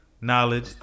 Knowledge